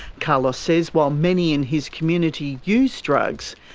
carlos says while many in his community use drugs,